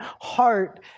heart